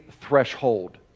threshold